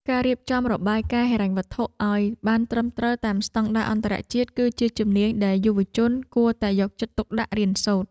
ការរៀបចំរបាយការណ៍ហិរញ្ញវត្ថុឱ្យបានត្រឹមត្រូវតាមស្តង់ដារអន្តរជាតិ គឺជាជំនាញដែលយុវជនគួរតែយកចិត្តទុកដាក់រៀនសូត្រ។